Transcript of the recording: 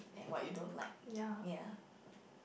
and what you don't like ya